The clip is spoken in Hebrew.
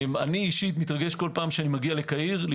אני אישית מתרגש כל פעם שאני בקהיר להיות